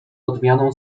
odmianą